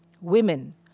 Women